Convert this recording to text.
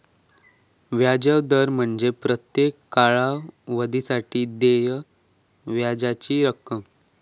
व्याज दर म्हणजे प्रत्येक कालावधीसाठी देय व्याजाची रक्कम